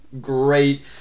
great